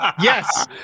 yes